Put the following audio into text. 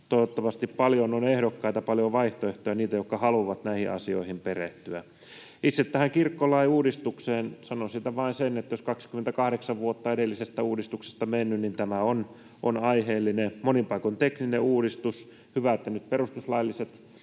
Toivottavasti paljon on ehdokkaita ja paljon vaihtoehtoja, niitä, jotka haluavat näihin asioihin perehtyä. Itse tästä kirkkolain uudistuksesta sanon vain sen, että jos 28 vuotta on edellisestä uudistuksesta mennyt, niin tämä on aiheellinen, monin paikoin tekninen uudistus. Hyvä, että nyt perustuslailliset